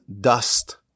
dust